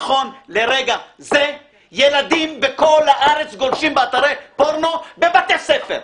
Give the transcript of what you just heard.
נכון לרגע זה ילדים בכל הארץ גולשים באתרי פורנו בבתי ספר,